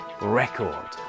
record